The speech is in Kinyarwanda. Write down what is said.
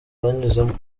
banyuzemo